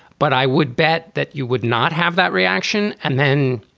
but i would bet that you would not have that reaction. and then.